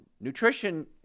Nutrition